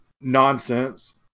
nonsense